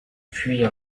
fuit